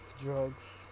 Drugs